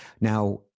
Now